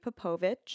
Popovich